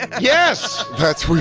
yes! that's